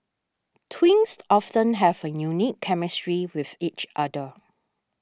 twins often have a unique chemistry with each other